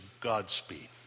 Godspeed